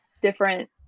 different